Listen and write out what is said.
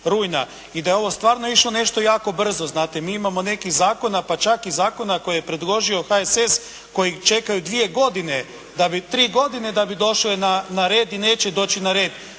i da je ovo stvarno išlo nešto jako brzo. Znate mi imamo nekih zakona, pa čak i zakona koje je predložio HSS koji čekaju 2 godine, 3 godine da bi došli na red i neće doći na red